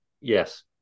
Yes